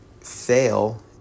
fail